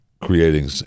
creating